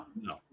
No